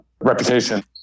reputation